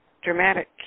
dramatic